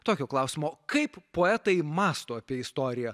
tokio klausimo kaip poetai mąsto apie istoriją